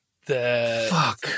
Fuck